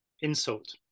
insult